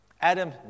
Adam